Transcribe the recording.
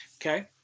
okay